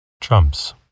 Trumps